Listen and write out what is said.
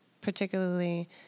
particularly